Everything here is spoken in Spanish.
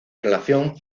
relación